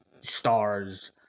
stars